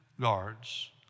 guards